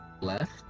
left